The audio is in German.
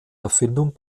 erfindung